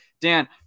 Dan